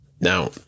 Now